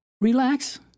relax